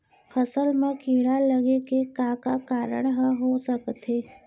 फसल म कीड़ा लगे के का का कारण ह हो सकथे?